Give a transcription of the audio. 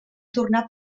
tornar